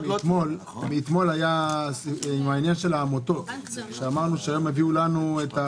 מאתמול היה העניין של העמותות שאמרנו שהיום יודיעו לנו.